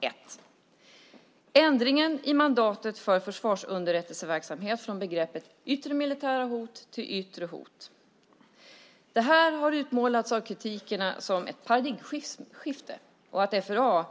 Punkt 1: Ändringen i mandatet för försvarsunderrättelseverksamhet från begreppet "yttre militära hot" till "yttre hot". Det här har utmålats av kritikerna som ett paradigmskifte och att FRA